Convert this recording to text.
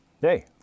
hey